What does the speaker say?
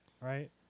right